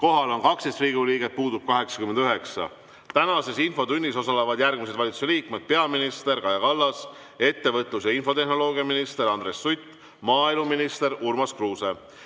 Kohal on 12 Riigikogu liiget, puudub 89.Tänases infotunnis osalevad järgmised valitsuse liikmed: peaminister Kaja Kallas, ettevõtlus- ja infotehnoloogiaminister Andres Sutt ja maaeluminister Urmas Kruuse.